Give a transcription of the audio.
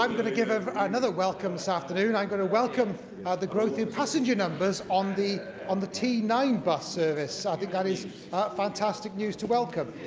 um going to give another welcome this afternoon. iim going to welcome ah the growth in passenger numbers on the on the t nine bus service. i think that is fantastic news to welcome.